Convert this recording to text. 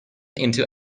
into